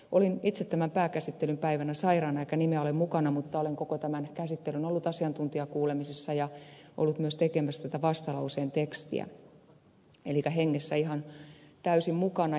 olin itse tämän pääkäsittelyn päivänä sairaana eikä nimeä ole mukana mutta olen koko tämän käsittelyn ollut asiantuntijakuulemisissa ja ollut myös tekemässä tätä vastalauseen tekstiä eli olen hengessä ihan täysin mukana